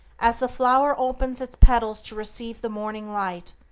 as the flower opens its petals to receive the morning light,